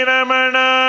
Ramana